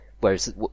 whereas